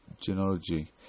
genealogy